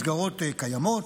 מסגרות קיימות,